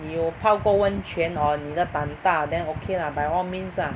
你有泡过温泉 or 你的胆大 then okay lah by all means ah